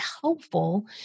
helpful